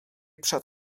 przed